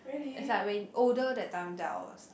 it's like when older that time then I'll